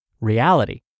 reality